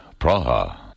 Praha